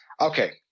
okay